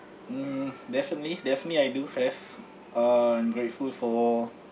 mm definitely definitely I do have uh I'm grateful for